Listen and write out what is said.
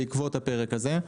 בעקבות הפרק הזה.